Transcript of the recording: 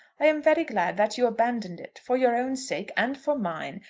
i am very glad that you abandoned it, for your own sake and for mine,